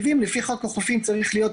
לפי חוק החופים צריך להיות